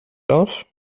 elf